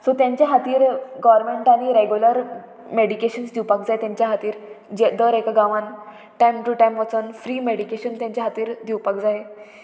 so तेंच्या खातीर गोवोरमेंटांनी रेगुलर मेडिकेशन्स दिवपाक जाय तेंच्या खातीर दर एका गांवान टायम टू टायम वचोन फ्री मॅडिकेशन तेंच्या खातीर दिवपाक जाय